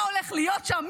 מה הולך להיות שם,